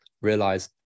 realize